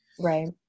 Right